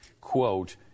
quote